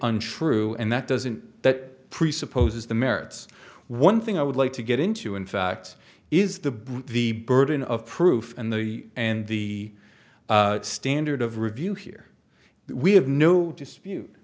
untrue and that doesn't that presupposes the merits one thing i would like to get into in fact is the breach the burden of proof and the and the standard of review here we have no dispute